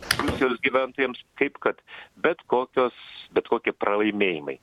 rusijos gyventojams kaip kad bet kokios bet kokie pralaimėjimai